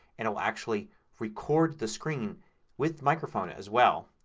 and it will actually record the screen with microphone as well.